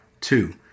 Two